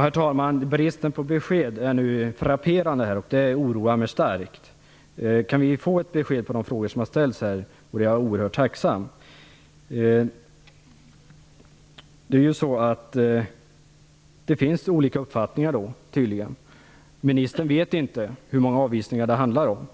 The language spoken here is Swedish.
Herr talman! Bristen på besked är frapperande, och det oroar mig starkt. Kan vi få ett svar på de frågor som ställts här, vore jag oerhört tacksam. Det finns tydligen olika uppfattningar. Ministern vet inte hur många avvisningar det handlar om.